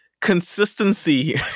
consistency